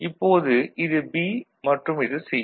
இப்போது இது B மற்றும் இது C